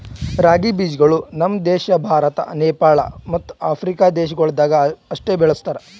ರಾಗಿ ಬೀಜಗೊಳ್ ನಮ್ ದೇಶ ಭಾರತ, ನೇಪಾಳ ಮತ್ತ ಆಫ್ರಿಕಾ ದೇಶಗೊಳ್ದಾಗ್ ಅಷ್ಟೆ ಬೆಳುಸ್ತಾರ್